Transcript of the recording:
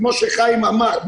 כפי שחיים ביבס אמר,